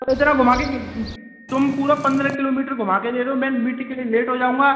तो इतना घुमा कर तुम पूरा पन्द्रह किलोमीटर घुमा कर ले रए हो मैं मीटिंग के लिए लेट हो जाऊँगा